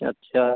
अच्छा